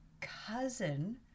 cousin